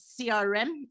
CRM